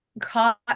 caught